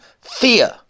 fear